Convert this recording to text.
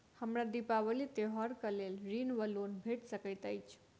हमरा दिपावली त्योहारक लेल ऋण वा लोन भेट सकैत अछि?